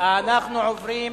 אנחנו עוברים